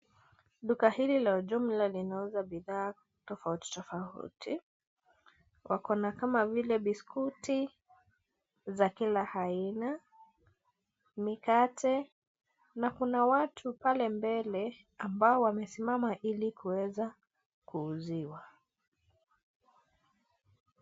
Duka hili la jumla linauza bidhaa tofauti tofauti. Wako na kama vile: biskuti za kila aina, mikate na kuna watu pale mbele ambao wamesimama ilikuweza kuuziwa.